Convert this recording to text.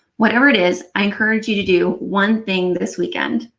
whatever it is, i encourage you to do one thing this weekend,